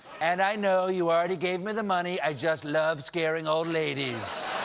and i know you already gave me the money. i just love scaring old ladies.